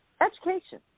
Education